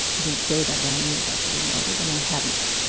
he didn't say that, but i knew that's what he wanted, and i hadn't.